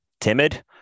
timid